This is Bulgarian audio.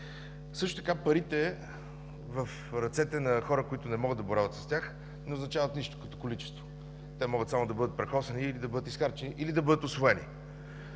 Също така, парите в ръцете на хора, които не могат да боравят с тях, не означават нищо като количество. Те могат само да бъдат прахосани или да бъдат изхарчени, или да бъдат усвоени.